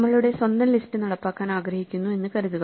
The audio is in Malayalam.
നമ്മളുടെ സ്വന്തം ലിസ്റ്റ് നടപ്പാക്കാൻ ആഗ്രഹിക്കുന്നു എന്ന് കരുതുക